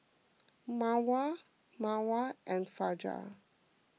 Mawar Mawar and Fajar